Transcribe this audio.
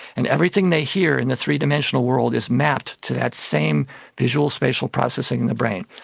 and everything they hear in the three-dimensional world is mapped to that same visual spatial processing in the brain.